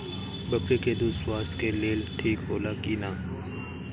बकरी के दूध स्वास्थ्य के लेल ठीक होला कि ना?